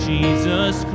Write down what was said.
Jesus